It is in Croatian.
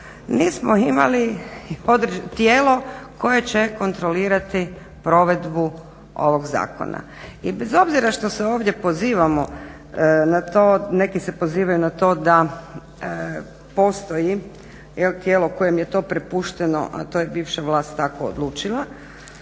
nismo imali tijelo koje će kontrolirati provedbu ovog zakona. I bez obzira što se ovdje pozivamo na to da, neki se pozivaju na to postoji jel tijelo kojem je to prepušteno, a to je bivša vlast tako odlučila,